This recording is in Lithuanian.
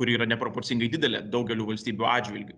kuri yra neproporcingai didelė daugelių valstybių atžvilgiu